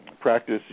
practice